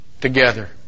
together